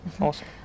Awesome